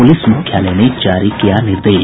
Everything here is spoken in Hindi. पुलिस मुख्यालय ने जारी किया निर्देश